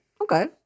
Okay